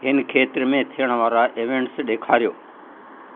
हिनि खेत्र में थियणु वारा इवेंट्स ॾेखारियो